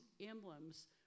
emblems